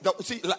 see